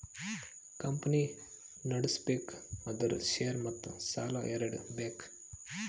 company ನಡುಸ್ಬೆಕ್ ಅಂದುರ್ share ಮತ್ತ ಸಾಲಾ ಎರಡು ಬೇಕ್